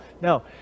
No